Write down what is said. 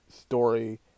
story